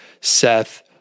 Seth